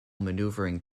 maneuvering